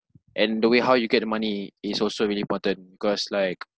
and the way how you get the money is also really important because like